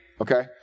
okay